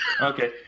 Okay